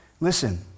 Listen